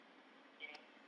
you know